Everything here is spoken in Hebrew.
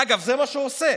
אגב, זה מה שהוא עושה.